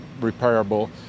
repairable